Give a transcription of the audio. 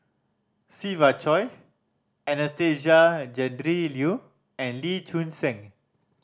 Siva Choy Anastasia Tjendri Liew and Lee Choon Seng